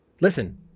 listen